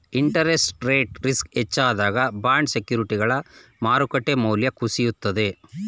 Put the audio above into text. interest rate risk ಹೆಚ್ಚಾದಾಗ bond ಸೆಕ್ಯೂರಿಟಿಗಳ ಮಾರುಕಟ್ಟೆ ಮೌಲ್ಯ ಕುಸಿಯುತ್ತದೆ